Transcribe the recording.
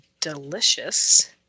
delicious